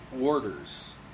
orders